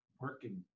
working